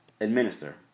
administer